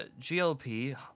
GOP